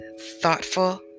thoughtful